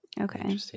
Okay